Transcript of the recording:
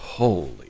Holy